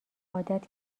عادت